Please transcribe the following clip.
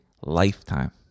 lifetime